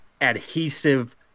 adhesive